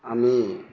আমি